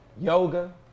Yoga